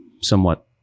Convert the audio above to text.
somewhat